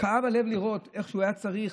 כאב הלב לראות איך שהוא היה צריך.